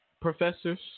professors